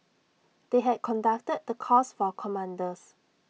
they had conducted the course for commanders